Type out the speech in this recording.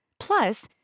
Plus